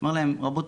הוא אומר להם 'רבותי,